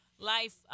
life